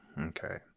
Okay